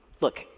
look